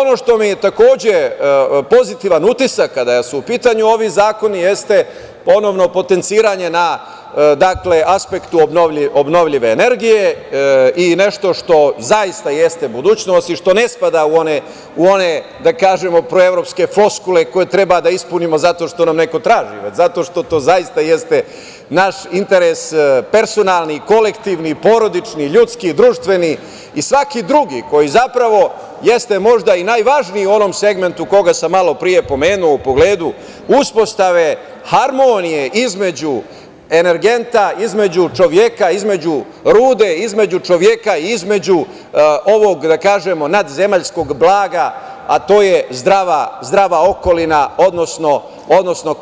Ono što mi je takođe pozitivan utisak kada su u pitanju ovi zakoni jeste ponovno potenciranje na aspektu obnovljive energije i nešto što zaista jeste budućnost i što ne spada u one proevropske floskule koje treba da ispunimo zato što nam neko traži, već zato što to zaista jeste naš interes, personalni, kolektivni, porodični, ljudski, društveni i svaki drugi koji zapravo jeste možda i najvažniji u onom segmentu koga sam malo pre pomenuo u pogledu uspostave harmonije između energenta, između čoveka, između rude, između ovog nadzemaljskog blaga a to je zdrava okolina, odnosno